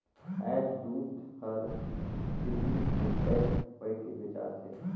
आयज दूद हर झिल्ली में पेक होयके बेचा थे